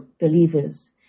believers